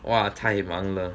!wah! 太忙了